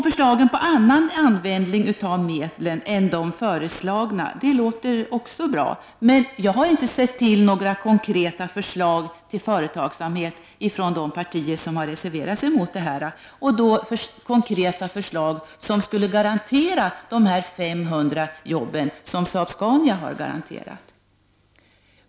Förslagen på annan användning av medlen än de föreslagna låter också bra, men jag har inte sett några konkreta förslag till företagsamhet från de partier som har reserverat sig mot detta och som skulle garantera 500 nya jobb som Saab-Scania har garanterat.